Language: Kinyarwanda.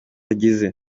agize